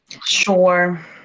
Sure